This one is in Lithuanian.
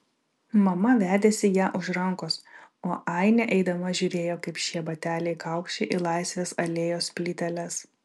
mama vedėsi ją už rankos o ainė eidama žiūrėjo kaip šie bateliai kaukši į laisvės alėjos plyteles